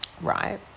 Right